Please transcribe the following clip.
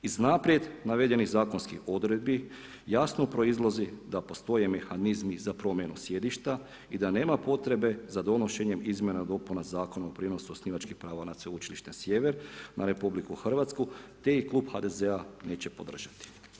Iz naprijed navedenih zakonskih odredbi jasno proizlazi da postoje mehanizmi za promjenu sjedišta i da nema potrebe za donošenjem izmjena dopuna Zakona o prijenosu osnivačkih prava nad Sveučilištem Sjever na RH te i klub HDZ-a neće podržati.